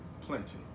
Plenty